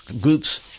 group's